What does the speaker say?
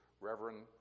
Reverend